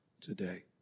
today